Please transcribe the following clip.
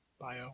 bio